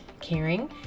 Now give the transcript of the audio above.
caring